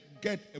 get